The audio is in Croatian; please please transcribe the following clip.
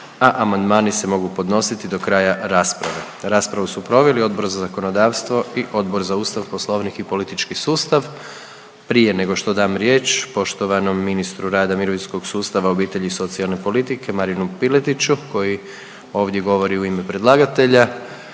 a amandmani se mogu podnositi do kraja rasprave. Raspravu su proveli Odbor za zakonodavstvo i Odbor za Ustav, Poslovnik i politički sustav. Prije nego što dam riječ poštovanom ministru rada, mirovinskog sustava, obitelji i socijalne politike Marinu Piletiću koji ovdje govori u ime predlagatelja,